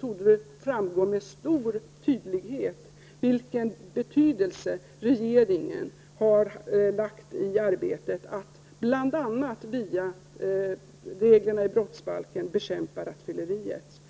torde det framgå med stor tydlighet vilken betydelse regeringen fäster vid arbetet med att bl.a. via reglerna i brottsbalken bekämpa rattfylleriet.